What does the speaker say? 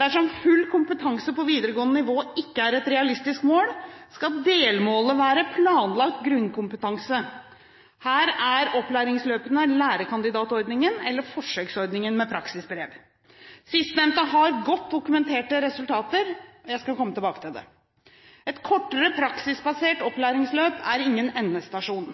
Dersom full kompetanse på videregående nivå ikke er et realistisk mål, skal delmålet være planlagt grunnkompetanse. Her er opplæringsløpene lærekandidatordningen eller forsøksordningen med praksisbrev. Sistnevnte har godt dokumenterte resultater. Jeg skal komme tilbake til det. Et kortere praksisbasert opplæringsløp er ingen endestasjon.